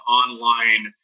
online